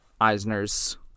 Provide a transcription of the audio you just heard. Eisner's